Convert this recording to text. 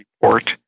report